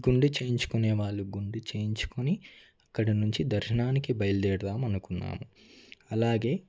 గుండు చేయించుకునే వాళ్ళు గుండు చేయించుకుని అక్కడ నుంచి దర్శనానికి బయలుదేరదాం అనుకున్నాం అలాగే